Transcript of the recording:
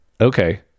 Okay